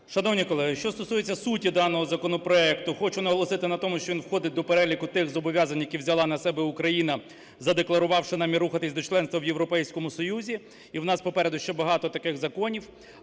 Шановні колеги, що стосується суті даного законопроекту. Хочу наголосити на тому, що він входить до переліку тих зобов'язань, які взяла на себе Україна, задекларувавши намір рухатись до членства в Європейському Союзі і у нас попереду ще багато таких законів.